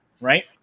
right